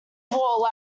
wall